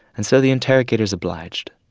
and so the interrogators obliged